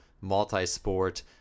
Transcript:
multi-sport